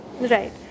Right